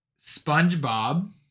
spongebob